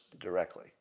directly